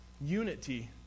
unity